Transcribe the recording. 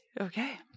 Okay